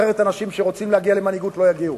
אחרת אנשים שרוצים להגיע למנהיגות לא יגיעו.